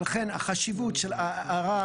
לכן החשיבות של הערר,